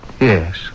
Yes